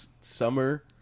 summer –